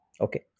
Okay